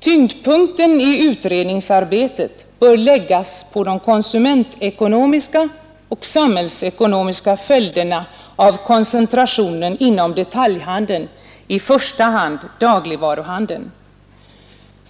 ”Tyngdpunkten i utredningsarbetet bör läggas på de konsumentekonomiska och samhällsekonomiska följderna av koncentrationen inom detaljhandeln, i första hand dagligvaruhandeln.